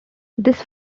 this